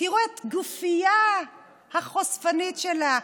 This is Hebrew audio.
תראה את הגופייה החושפנית שלה,